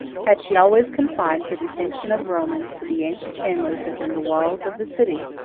had she always confined the distinction of romans to the ancient families within the walls of the city,